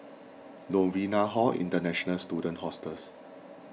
Novena Hall International Student Hostels